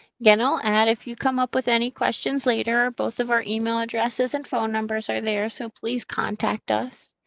again i'll add, if you come up with any questions later both of our email addresses and phone numbers are there so please contact us.